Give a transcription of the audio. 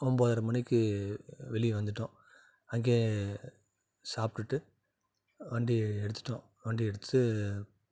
ஒம்போதரை மணிக்கு வெளியே வந்துவிட்டோம் அங்கே சாப்பிட்டுட்டு வண்டியை எடுத்துவிட்டோம் வண்டியை எடுத்து